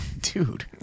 dude